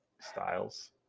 styles